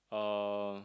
uh